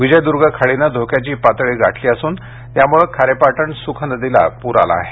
विजयदुर्ग खाडीनं धोक्याची पातळी गाठली असून यामुळे खारेपाटण सुख नदीला पूर आला आहे